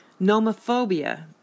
Nomophobia